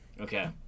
Okay